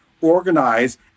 organize